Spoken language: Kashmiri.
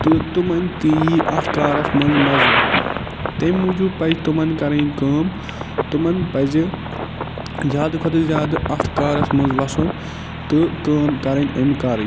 تہٕ تِمَن تہِ یی اَتھ کارَس منٛز مَزٕ تٔمۍ موجوٗب پَزِ تِمَن کَرٕنۍ کٲم تِمَن پَزِ زیادٕ کھۄتہٕ زیادٕ اَتھ کارَس منٛز وَسُن تہٕ کٲم کَرٕنۍ أمۍ کارٕچ